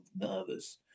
nervous